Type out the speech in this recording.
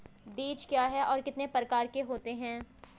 बीज क्या है और कितने प्रकार के होते हैं?